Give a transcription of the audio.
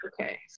Okay